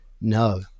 no